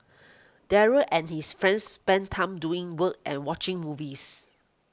Daryl and his friends spent time doing work and watching movies